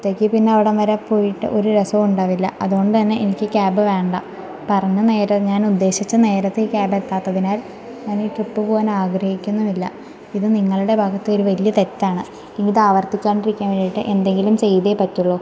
ഒറ്റയ്ക്ക് പിന്നവടം വരെ പോയിട്ട് ഒരു രസം ഉണ്ടാവില്ല അതുകൊണ്ടന്നെ എനിക്ക് ക്യാബ് വേണ്ട പറഞ്ഞനേരം ഞാന് ഉദേശിച്ച നേരത്ത് ക്യാബെത്താത്തതിനാല് ഞാനീ ട്രിപ്പ് പോവാന് ആഗ്രഹിക്കുന്നുമില്ല ഇത് നിങ്ങളുടെ ഭാഗത്തെ ഒരു വലിയ തെറ്റാണ് ഇനിതാവര്ത്തിക്കാണ്ടിരിക്കാന് വേണ്ടീട്ട് എന്തെങ്കിലും ചെയ്തേ പറ്റുള്ളു